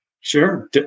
Sure